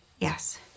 Yes